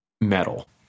metal